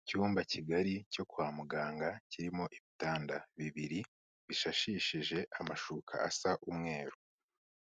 Icyumba kigari cyo kwa muganga kirimo ibitanda bibiri bishashishije amashuka asa umweru,